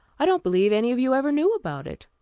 i don't believe any of you ever knew about it.